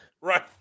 Right